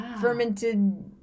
fermented